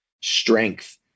strength